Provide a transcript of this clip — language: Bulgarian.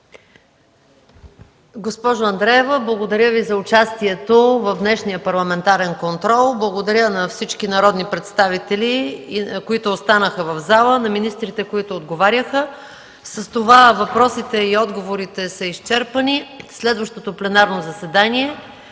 благодаря Ви за участието в днешния парламентарен контрол. Благодаря на всички народни представители, които останаха в залата, на министрите, които отговаряха. С това въпросите и отговорите са изчерпани. Следващото пленарно заседание